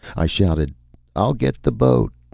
i shouted i'll get the boat!